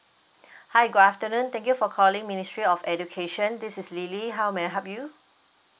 hi good afternoon thank you for calling ministry of education this is lily how may I help you